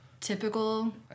Typical